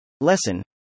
Lesson